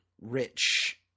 rich